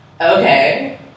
Okay